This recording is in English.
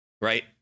right